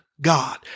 God